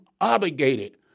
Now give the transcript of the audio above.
obligated